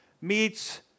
meets